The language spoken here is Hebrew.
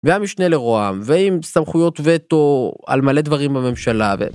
והמשנה לרוה"מ, ועם סמכויות וטו על מלא דברים בממשלה.